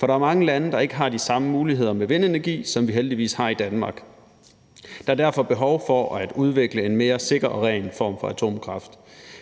For der er mange lande, der ikke har de samme muligheder med vindenergi, som vi heldigvis har i Danmark. Der er derfor behov for at udvikle en mere sikker og ren form for atomkraft.